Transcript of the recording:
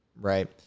right